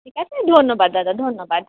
ঠিক আছে ধন্যবাদ দাদা ধন্যবাদ